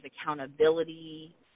accountability